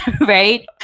right